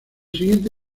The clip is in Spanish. siguiente